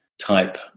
type